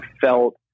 felt